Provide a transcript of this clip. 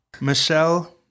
Michelle